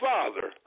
Father